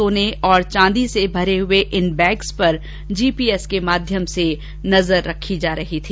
सोने और चांदी से भरे हुए इन बैग्स पर जीपीएस के माध्यम से नजर रखी जा रही थी